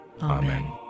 Amen